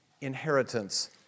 inheritance